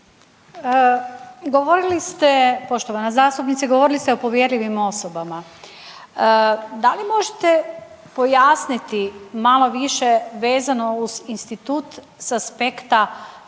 Govorili ste, poštovana zastupnice, govorili ste o povjerljivim osobama, da li možete pojasniti malo više vezano uz institut s aspekta